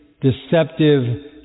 deceptive